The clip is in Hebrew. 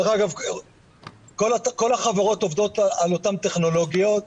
דרך אגב, כל החברות עובדות על אותן טכנולוגיות.